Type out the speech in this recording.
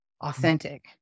authentic